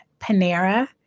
Panera